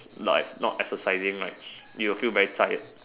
like not exercising right you will feel very tired